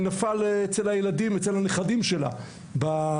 שנפל אצל הנכדים שלה בגינה,